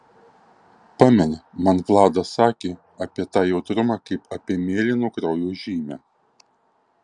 pameni man vladas sakė apie tą jautrumą kaip apie mėlyno kraujo žymę